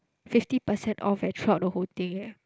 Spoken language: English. fifty percent off eh throughout the whole thing eh